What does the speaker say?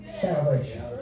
salvation